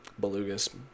Belugas